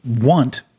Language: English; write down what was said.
want